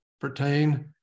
pertain